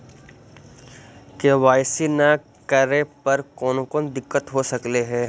KYC न करे पर कौन कौन दिक्कत हो सकले हे?